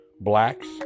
Blacks